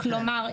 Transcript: כלומר,